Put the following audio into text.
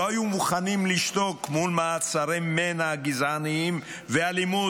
לא היו מוכנים לשתוק מול מעצרי מנע גזעניים ואלימות.